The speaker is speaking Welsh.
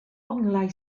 onglau